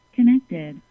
Connected